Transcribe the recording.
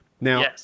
Now